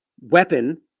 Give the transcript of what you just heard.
weapon